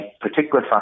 particular